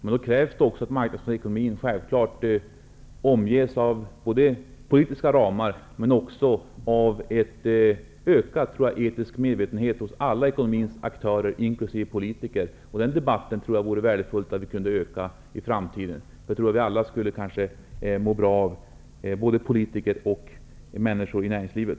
Men då krävs det självfallet också att marknadsekonomin omges både av politiska ramar och av en ökad etisk medvetenhet hos alla ekonomins aktörer inkl. politiker. Jag tror att det vore mycket värdefullt med fler sådana debatter i framtiden. Jag tror att vi alla skulle må bra av det, både politiker och människor i näringslivet.